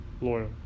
loyal